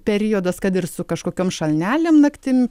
periodas kad ir su kažkokiom šalnelėm naktim